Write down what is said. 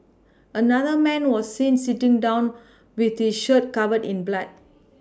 another man was seen sitting down with his shirt covered in blood